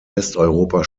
westeuropa